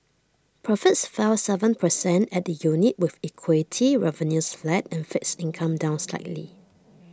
profits fell Seven percent at the unit with equity revenues flat and fixed income down slightly